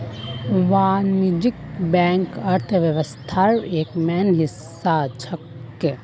वाणिज्यिक बैंक अर्थव्यवस्थार एक मेन हिस्सा छेक